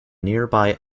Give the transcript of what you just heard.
nearby